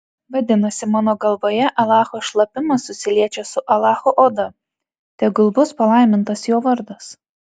vadinasi mano galvoje alacho šlapimas susiliečia su alacho oda tegul bus palaimintas jo vardas